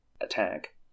attack